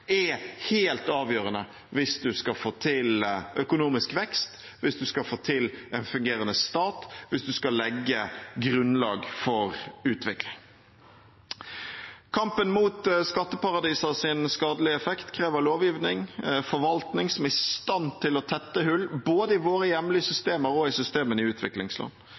er helt avgjørende hvis vi skal få til økonomisk vekst, hvis vi skal få til en fungerende stat, og hvis vi skal legge grunnlag for utvikling. Kampen mot skatteparadisers skadelige effekt krever lovgivning og forvaltning som er i stand til å tette hull, både i våre hjemlige systemer og i systemene i utviklingsland.